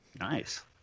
Nice